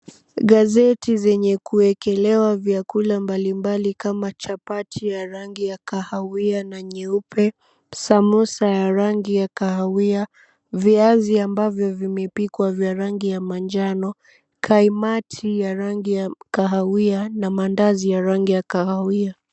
Gazeti za kuekewa chakula mbali mbali kama, machapati ya rangi ya kahawia na nyeupe, samosa ya rangi ya kahawia, viazi ambavyo vimepikwa vya rangi ya manjano, kaimati ya rangi ya kahawia na mandazi ya rangi ya kahawia.